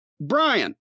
Brian